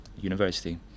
university